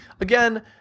again